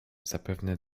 zapewne